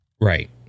right